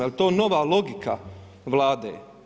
Jel' to nova logika Vlade?